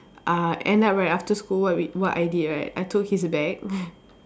uh end up right after school what we what I did right I took his bag